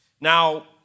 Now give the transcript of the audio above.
Now